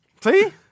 See